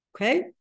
Okay